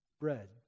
bread